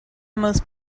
most